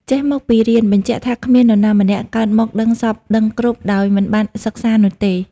«ចេះមកពីរៀន» បញ្ជាក់ថាគ្មាននរណាម្នាក់កើតមកដឹងសព្វដឹងគ្រប់ដោយមិនបានសិក្សានោះទេ។